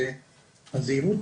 גם בזמן הקצר,